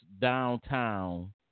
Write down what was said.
downtown